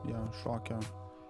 jo šokio